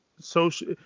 social